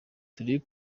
turi